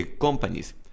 companies